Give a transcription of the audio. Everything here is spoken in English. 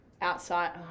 outside